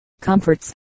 Comforts